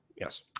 Yes